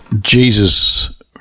Jesus